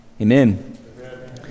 Amen